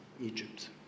Egypt